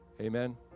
Amen